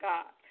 God